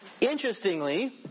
Interestingly